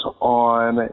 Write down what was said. on